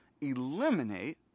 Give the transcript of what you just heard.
eliminate